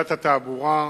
לפקודת התעבורה.